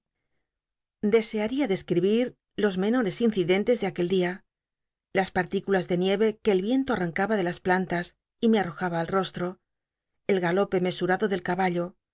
deseada describir los menores incidentes de aquel dia las partículas de nieve que el viento arrancaba de las plantas y me ii'i'ojaba alosho el galope mesurado del cab